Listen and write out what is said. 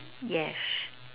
yes